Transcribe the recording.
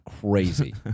crazy